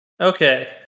Okay